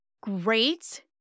Great